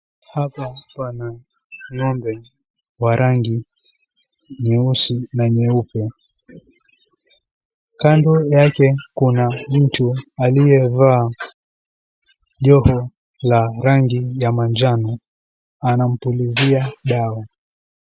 Hapa pana ng'ombe wa rangi nyeusi na nyeupe. Kando yake kuna mtu aliyevaa joho la rangi ya manjano anampulizia dawa.